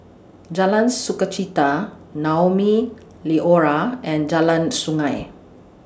Jalan Sukachita Naumi Liora and Jalan Sungei